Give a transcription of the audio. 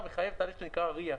נכון.